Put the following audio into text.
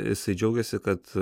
jisai džiaugiasi kad